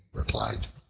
replied,